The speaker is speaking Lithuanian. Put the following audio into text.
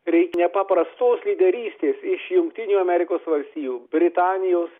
reik nepaprastos lyderystės iš jungtinių amerikos valstijų britanijos